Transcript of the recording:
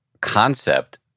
concept